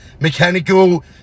Mechanical